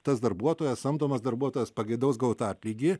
tas darbuotojas samdomas darbuotojas pageidaus gauti atlygį